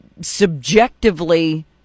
subjectively